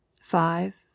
Five